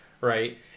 right